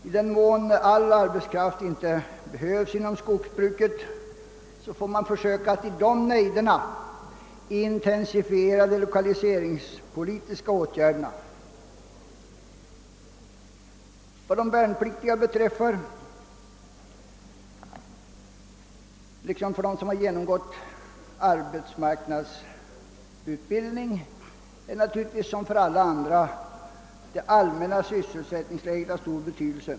I den mån all arbetskraft inte behövs inom skogsbruket får man försöka att i bygder med brist på arbetstillfällen förstärka de lokaliseringspolitiska åtgärderna. För de värnpliktiga liksom för dem som genomgått arbetsmarknadsutbildning är naturligtvis — lika väl som för alla andra — det allmänna sysselsättningsläget av stor betydelse.